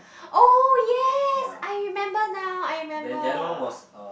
oh yes I remember now I remember